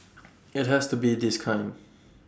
IT has to be this kind